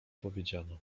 powiedziano